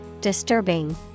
disturbing